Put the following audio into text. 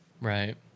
Right